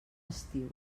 estiu